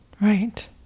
right